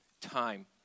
time